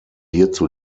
hierzu